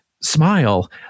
smile